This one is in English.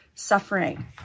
suffering